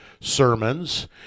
sermons